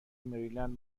مریلند